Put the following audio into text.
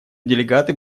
делегаты